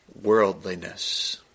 worldliness